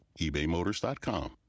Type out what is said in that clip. ebaymotors.com